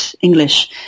English